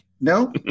No